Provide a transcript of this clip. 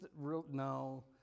no